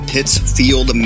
Pittsfield